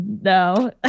no